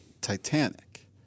Titanic